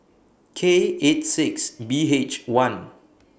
K eight six B H one